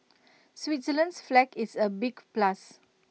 Switzerland's flag is A big plus